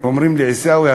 אומרים לי: עיסאווי,